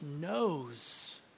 knows